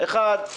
אחד,